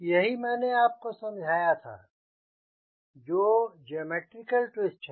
यही मैंने आपको समझाया था जो जॉमेट्रिकल ट्विस्ट है